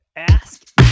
Ask